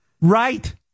Right